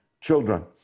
children